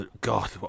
God